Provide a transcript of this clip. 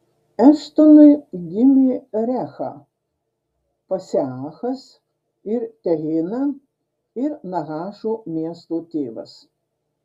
eštonui gimė recha paseachas ir tehina ir nahašo miesto tėvas